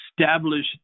established